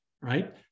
right